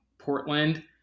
Portland